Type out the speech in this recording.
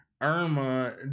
Irma